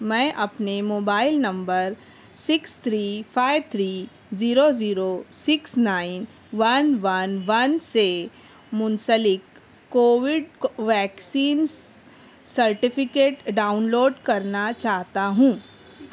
میں اپنے mobile number six three five three zero zero six nine one one one سے منسلک covid vaccine certificate download کرنا چاہتا ہوں